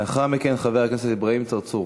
לאחר מכן, חבר הכנסת אברהים צרצור.